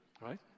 right